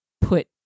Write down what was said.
put